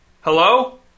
Hello